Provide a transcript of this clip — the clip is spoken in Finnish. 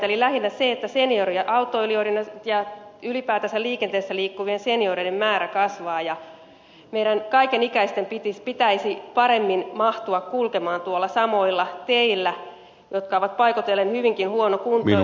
eli lähinnä senioriautoilijoiden ja ylipäätänsä liikenteessä liikkuvien senioreiden määrä kasvaa ja meidän kaiken ikäisten pitäisi paremmin mahtua kulkemaan samoilla teillä jotka ovat paikoitellen hyvinkin huonokuntoisia